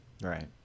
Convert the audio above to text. right